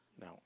no